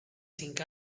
cinc